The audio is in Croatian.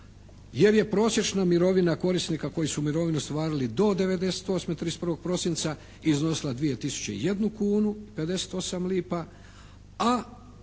jer je prosječna mirovina korisnika koji su mirovinu ostvarili do 098. 31. prosinca iznosila 2 tisuće i 1 kunu i 58 lipa a